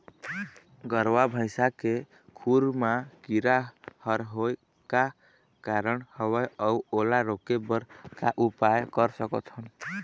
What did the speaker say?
गरवा भैंसा के खुर मा कीरा हर होय का कारण हवए अऊ ओला रोके बर का उपाय कर सकथन?